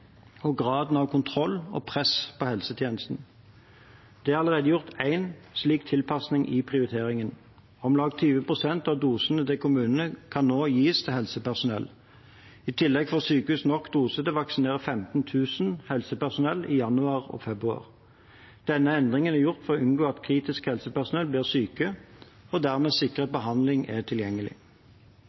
og graden av kontroll og press på helsetjenesten. Det er allerede gjort én slik tilpasning i prioriteringen. Om lag 20 pst. av dosene til kommunene kan nå gis til helsepersonell. I tillegg får sykehus nok doser til å vaksinere 15 000 helsepersonell i januar og februar. Denne endringen er gjort for å unngå at kritisk helsepersonell blir syke, og dermed sikre at behandling er tilgjengelig.